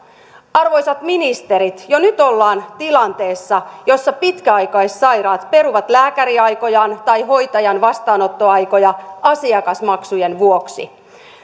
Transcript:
arvoisat ministerit jo nyt ollaan tilanteessa jossa pitkäaikaissairaat peruvat lääkäriaikojaan tai hoitajan vastaanottoaikoja asiakasmaksujen vuoksi